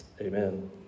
amen